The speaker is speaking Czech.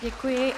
Děkuji.